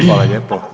Hvala lijepo.